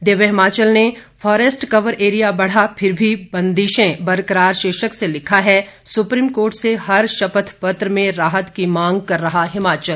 दिव्य हिमाचल ने forest cover area बढ़ा फिर भी बंदिशें बरकरार शीर्षक से लिखा है सुप्रीम कोर्ट से हर शपथ पत्र में राहत की मांग कर रहा हिमाचल